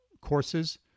courses